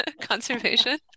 conservation